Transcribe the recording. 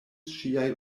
ŝiaj